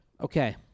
Okay